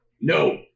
No